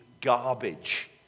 garbage